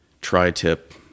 tri-tip